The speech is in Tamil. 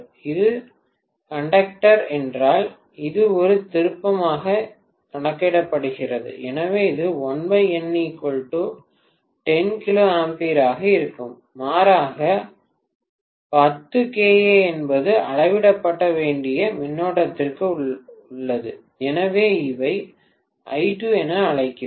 ஒரு நடத்துனர் என்றால் அது ஒரு திருப்பமாக கணக்கிடப்படுகிறது எனவே இது 1 N 10 கிலோ ஆம்பியர் ஆக இருக்கும் மாறாக 10 kA என்பது அளவிடப்பட வேண்டிய மின்னோட்டத்திற்கு உள்ளது எனவே இதை I2 என அழைக்கிறேன்